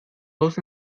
dos